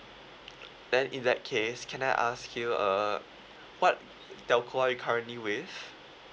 then in that case can I ask you uh what telco are you currently with